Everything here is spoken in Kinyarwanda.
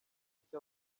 kuki